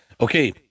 Okay